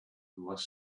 was